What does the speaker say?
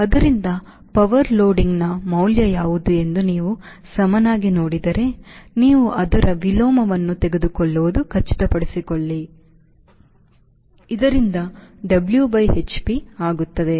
ಆದ್ದರಿಂದ powerloading ನ ಮೌಲ್ಯ ಯಾವುದು ಎಂದು ನೀವು ಸಮನಾಗಿ ನೋಡಿದರೆ ನೀವು ಅದರ ವಿಲೋಮವನ್ನು ತೆಗೆದುಕೊಳ್ಳುವುದನ್ನು ಖಚಿತಪಡಿಸಿಕೊಳ್ಳಬೇಕು ಇದರಿಂದ ಅದು W by hp ಆಗುತ್ತದೆ